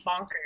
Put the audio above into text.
bonkers